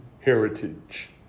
heritage